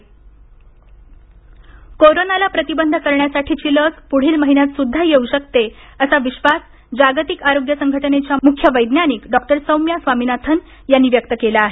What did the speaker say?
लस स्वामीनाथन कोरोनाला प्रतिबंध करण्यासाठीची लस पुढील महिन्यात सुध्दा येऊ शकते असा विश्वास जागतिक आरोग्य संघटनेच्या मुख्य वैज्ञानिक डॉक्टर सौम्या स्वामीनाथन यांनी व्यक्त केला आहे